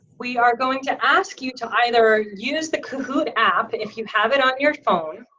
we are going to ask you to either use the kahoot app if you have it on your phone,